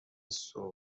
سرخ